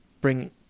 bring